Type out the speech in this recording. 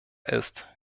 ist